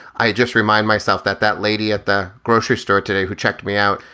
i just remind myself that that lady at the grocery store today who checked me out,